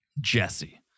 Jesse